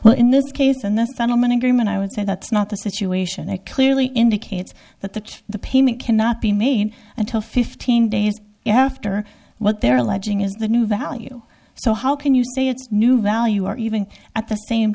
well in this case and the settlement agreement i would say that's not the situation i clearly indicates that the the payment cannot be made until fifteen days after what they're alleging is the new value so how can you say it's new value or even at the same